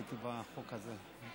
הייתי בחוק הזה.